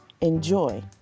Enjoy